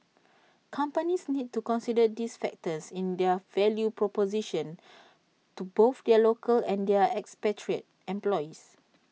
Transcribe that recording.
companies need to consider these factors in their value proposition to both their local and their expatriate employees